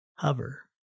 Hover